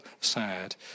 sad